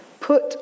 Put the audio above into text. Put